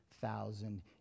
thousand